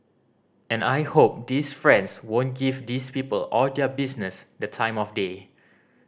and I hope these friends won't give these people or their business the time of day